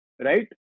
right